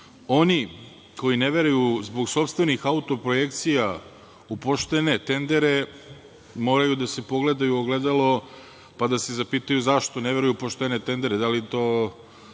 koji ne veruju zbog sopstvenih autoprojekcija u poštene tendere, moraju da se pogledaju u ogledalo, pa da se zapitaju zašto ne veruju u poštene tendere, Da li to